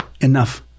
enough